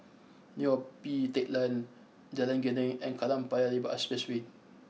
Neo Pee Teck Lane Jalan Geneng and Kallang Paya Lebar Expressway